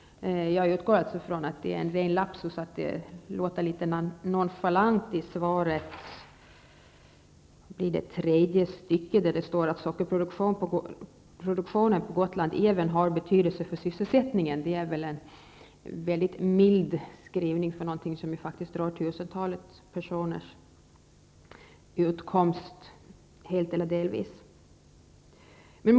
Jag utgår från att det är en ren lapsus att det i svarets tredje stycke litet nonchalant sägs att sockerproduktionen på Gotland ''även har betydelse för sysselsättningen''. Det är väl en mycket mild skrivning, eftersom denna verksamhet faktiskt helt eller delvis ger utkomst åt tusentalet personer.